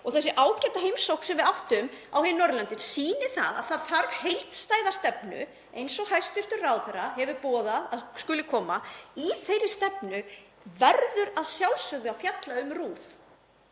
og þessi ágæta heimsókn sem við áttum á hin Norðurlöndin sýni að það þarf heildstæða stefnu eins og hæstv. ráðherra hefur boðað að skuli koma. Í þeirri stefnu verður að sjálfsögðu að fjalla um RÚV.